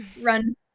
run